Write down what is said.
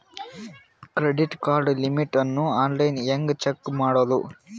Credit card limit ಅನ್ನು online ಹೆಂಗ್ check ಮಾಡೋದು?